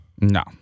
no